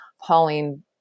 Pauline